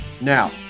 Now